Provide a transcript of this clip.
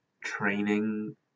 training